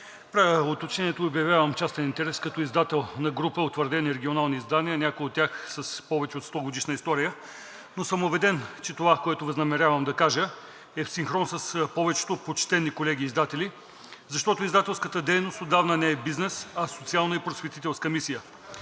уточнението – обявявам частен интерес като издател на група утвърдени регионални издания, някои от тях с повече от 100 годишна история. Убеден съм, че това, което възнамерявам да кажа, е в синхрон с повечето почтени колеги издатели. Защото издателската дейност отдавна не е бизнес, а социална и просветителска мисия.